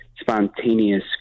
spontaneous